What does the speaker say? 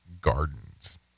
gardens